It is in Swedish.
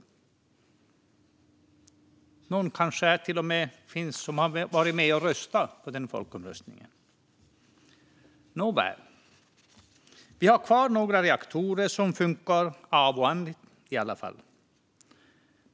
Det finns kanske till och med någon här som var med och röstade i den folkomröstningen. Nåväl, vi har kvar några reaktorer som funkar, då och då i alla fall.